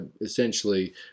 essentially